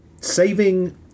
saving